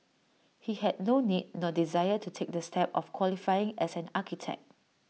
he had no need nor desire to take the step of qualifying as an architect